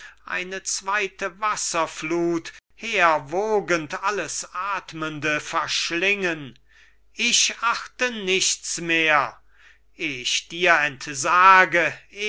eine zweite wasserflut hervorwogend alles atmende verschlingen ich achte nichts mehr eh ich dir entsage